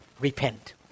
Repent